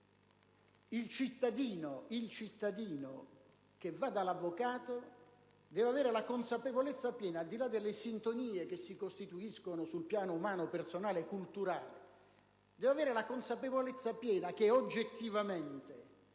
Il cittadino che va dall'avvocato deve avere la consapevolezza piena, al di là delle sintonie che si costituiscono sul piano umano, personale e culturale, che oggettivamente